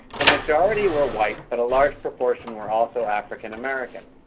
the majority were white but a large proportion were also african-american.